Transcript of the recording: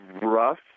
rough